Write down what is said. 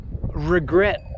regret